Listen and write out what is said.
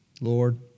Lord